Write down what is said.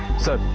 sir,